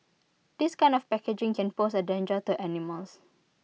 this kind of packaging can pose A danger to animals